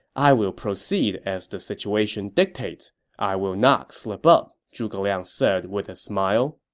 i will proceed as the situation dictates i will not slip up, zhuge liang said with a smile